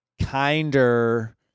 kinder